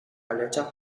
aletzea